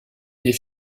des